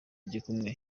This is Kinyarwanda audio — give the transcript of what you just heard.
igikumwe